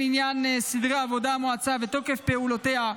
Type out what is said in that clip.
עניין סדרי עבודה של המועצה ותוקף פעולותיה,